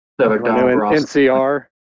NCR